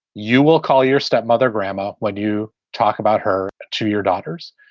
you will call your stepmother, grandma. when you talk about her to your daughters,